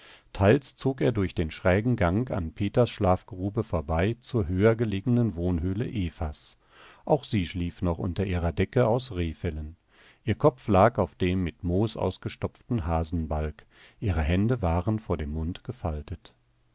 teils zog er durch den schrägen gang an peters schlafgrube vorbei zur höher gelegenen wohnhöhle evas auch sie schlief noch unter ihrer decke aus rehfellen ihr kopf lag auf dem mit moos ausgestopften hasenbalg ihre hände waren vor dem mund gefaltet